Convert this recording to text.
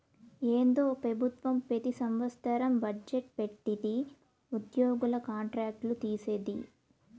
ఏందో పెబుత్వం పెతి సంవత్సరం బజ్జెట్ పెట్టిది ఉద్యోగుల కాంట్రాక్ట్ లు తీసేది